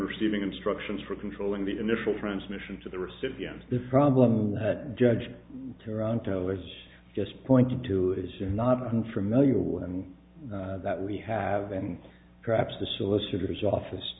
receiving instructions for controlling the initial transmission to the recipient this problem judge toronto has just pointed to is not unfamiliar with and that we have and perhaps the